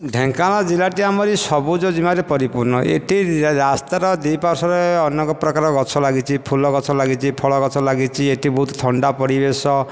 ଢେଙ୍କାନାଳ ଜିଲ୍ଲାଟି ଆମର ସବୁଜ ଜିମାରେ ପରିପୂର୍ଣ୍ଣ ଏଠି ରାସ୍ତାର ଦି ପାର୍ଶ୍ୱରେ ଅନେକ ପ୍ରକାର ଗଛ ଲାଗିଛି ଫୁଲ ଗଛ ଲାଗିଛି ଫଳ ଗଛ ଲାଗିଛି ଏଠି ବହୁତ ଥଣ୍ଡା ପରିବେଶ